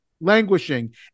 languishing